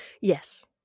Yes